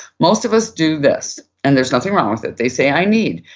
most of us do this, and there's nothing wrong with it, they say i need.